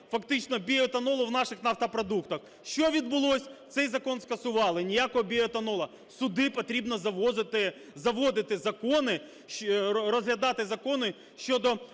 фактично біоетанолу в наших нафтопродуктах. Що відбулось? Цей закон скасували, ніякого біоетанолу. Сюди потрібно заводити закони щодо виробництва